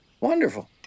Wonderful